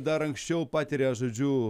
dar anksčiau patiria žodžiu